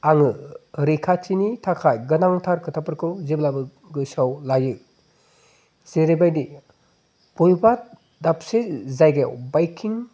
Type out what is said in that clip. आङो रैखाथिनि थाखाय गोनांथार खोथाफोरखौ जेब्लाबो गोसोआव लायो जेरैबायदि बबेबा दाबसे जायगायाव बाइकिं